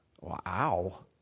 Wow